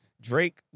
Drake